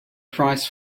price